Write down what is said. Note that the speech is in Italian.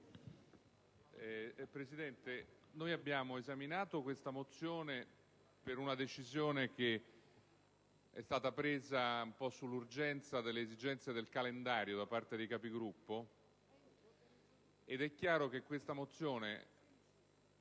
Presidente, abbiamo esaminato questa mozione per una decisione che è stata presa sull'urgenza delle esigenze del calendario da parte della Conferenza dei Capigruppo. È chiaro che questa mozione